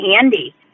handy